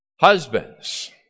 Husbands